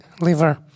liver